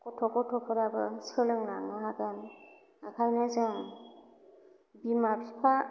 गथ' गथ'फोराबो सोलोंलांनो हागोन आखायनो जों बिमा बिफा